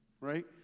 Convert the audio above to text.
Right